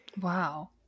Wow